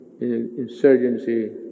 insurgency